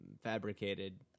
fabricated